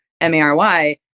M-A-R-Y